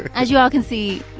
as you all can see,